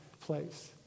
place